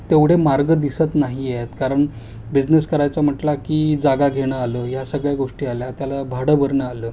तेवढे मार्ग दिसत नाही आहेत कारण बिजनेस करायचा म्हटला की जागा घेणं आलं या सगळ्या गोष्टी आल्या त्याला भाडं भरणं आलं